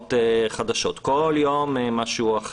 הוראות חדשות, כל יום משהו אחר.